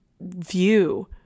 view